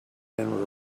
been